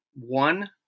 one